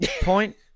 point